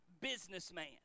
businessman